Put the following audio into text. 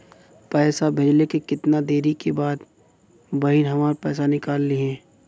पैसा भेजले के कितना देरी के बाद बहिन हमार पैसा निकाल लिहे?